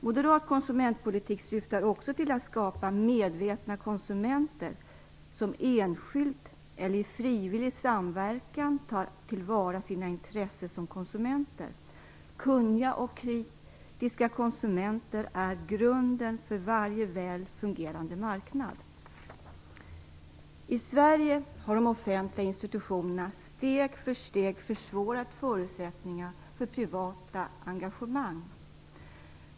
Moderat konsumentpolitik syftar också till att skapa medvetna konsumenter som enskilt eller i frivillig samverkan tar till vara sina intressen som konsumenter. Kunniga och kritiska konsumenter är grunden för varje väl fungerande marknad. I Sverige har de offentliga institutionerna steg för steg försvårat förutsättningarna för privata engagemang.